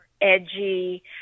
edgy